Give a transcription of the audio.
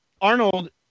Arnold